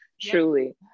truly